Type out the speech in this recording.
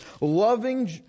loving